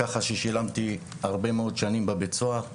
ככה ששילמתי הרבה מאוד שנים בבית סוהר.